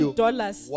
dollars